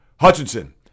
Hutchinson